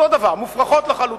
אותו דבר, מופרכות לחלוטין.